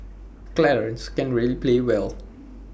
Clarence can play really well